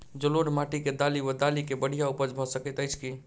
जलोढ़ माटि मे दालि वा दालि केँ बढ़िया उपज भऽ सकैत अछि की?